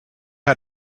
how